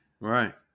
Right